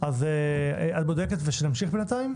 את בודקת ונמשיך בינתיים?